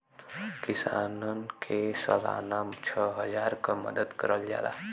किसान के सालाना छः हजार क मदद करल जाला